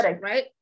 right